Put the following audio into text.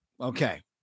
Okay